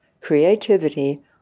Creativity